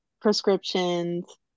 prescriptions